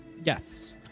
Yes